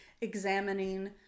examining